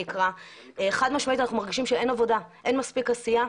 ואנחנו חד-משמעית מרגישים שאין עבודה ושאין מספיק עשייה.